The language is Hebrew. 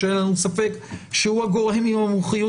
שאין לנו ספק שהוא הגורם עם המומחיות